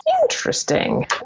Interesting